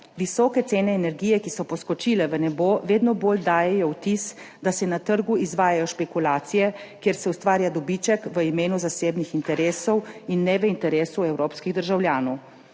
visoke cene energije, ki so poskočile v nebo, vedno bolj dajejo vtis, da se na trgu izvajajo špekulacije, kjer se ustvarja dobiček v imenu zasebnih interesov in ne v interesu evropskih državljanov.